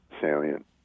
salient